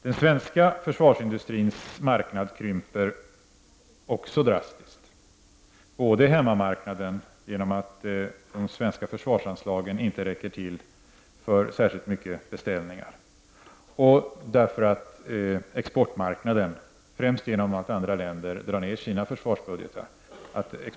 Den svenska försvarsindustrins marknad krymper också drastiskt -- både hemmamarknaden, genom att de svenska försvarsanslagen inte räcker särskilt långt för beställningar, och exportmarknaden, främst genom att andra länder minskar sina försvarsbudgetar.